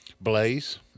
Blaze